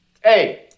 Hey